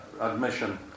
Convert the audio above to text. admission